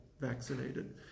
vaccinated